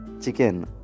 chicken